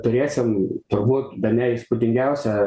turėsim turbūt bene įspūdingiausią